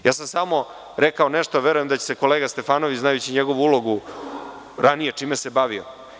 Samo se rekao nešto, verujem da će kolega Stefanović, znajući njegovu ulogu ranije, čime se bavio.